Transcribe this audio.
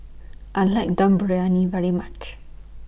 I like Dum Briyani very much